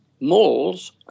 malls